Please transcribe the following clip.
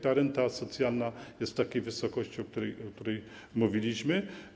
Ta renta socjalna jest w takiej wysokości, o której mówiliśmy.